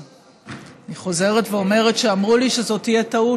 אני חוזרת ואומרת שאמרו לי שזאת תהיה טעות